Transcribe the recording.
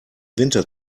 winter